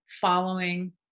following